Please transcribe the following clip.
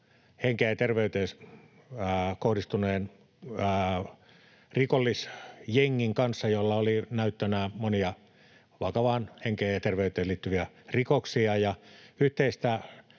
puolta. Tein töitä rikollisjengin kanssa, jolla oli näyttönä monia vakavia henkeen ja terveyteen liittyviä rikoksia, ja yhteistä